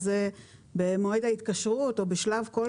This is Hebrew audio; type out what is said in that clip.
אז במועד ההתקשרות או בשלב כלשהו צריך לאסוף מידע.